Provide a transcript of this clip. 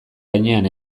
gainean